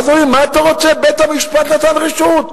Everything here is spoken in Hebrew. ואז אומרים: מה אתה רוצה, בית-המשפט נתן רשות.